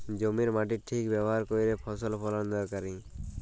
জমির মাটির ঠিক ব্যাভার ক্যইরে ফসল ফলাল দরকারি